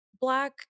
Black